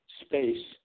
space